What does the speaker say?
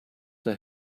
der